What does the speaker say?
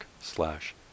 slash